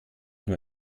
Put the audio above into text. nur